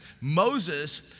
Moses